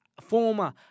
former